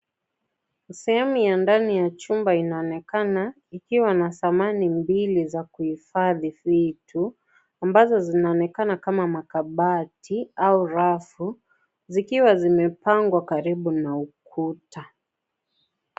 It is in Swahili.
Sehemu ya ndani ya chumba inaonekana ikiwa na zamani mbili za kuhifadhi vitu ambazo zinaonekana kama makabati au rafu zikiwa zimepangwa karibu na ukuta.